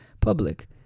public